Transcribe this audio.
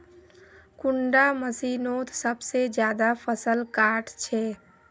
कुंडा मशीनोत सबसे ज्यादा फसल काट छै?